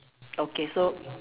okay so